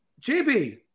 JB